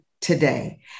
today